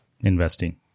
investing